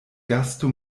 gasto